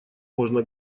можно